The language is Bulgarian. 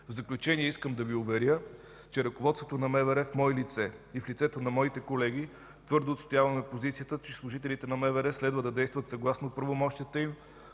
В заключение искам да Ви уверя, че ръководството на МВР в мое лице и в лицето на моите колеги твърдо отстояваме позицията, че служителите на МВР следва да действат, съгласно правомощията им,